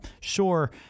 sure